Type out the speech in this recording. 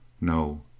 No